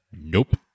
nope